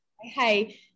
hey